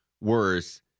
worse